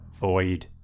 Void